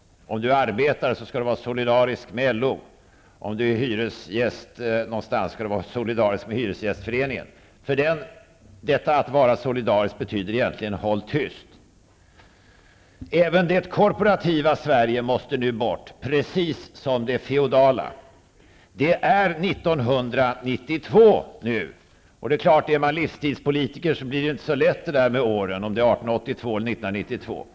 Om du arbetar skall du vara solidarisk med LO, och om du är hyresgäst någonstans skall du vara solidarisk med hyresgästföreningen. Sådan solidaritet betyder egentligen att man skall hålla tyst. Även det korporativa Sverige måste bort, precis som det feodala Sverige. Det är nu 1992. Är man livstidspolitiker är det inte så lätt att hålla reda på åren, om det är 1882 eller 1992.